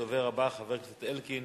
הדובר הבא, חבר הכנסת אלקין,